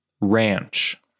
Ranch